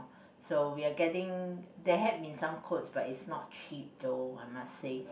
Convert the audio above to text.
so we are getting there had been some quotes but it's not cheap though I must say